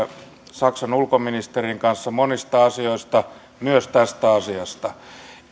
saksan ulkoministerin kanssa monista asioista myös tästä asiasta